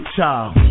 child